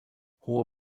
hohe